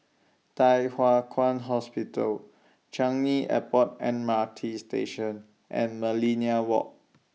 Thye Hua Kwan Hospital Changi Airport M R T Station and Millenia Walk